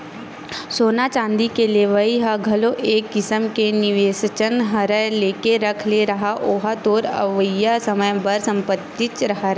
सोना चांदी के लेवई ह घलो एक किसम के निवेसेच हरय लेके रख ले रहा ओहा तोर अवइया समे बर संपत्तिच हरय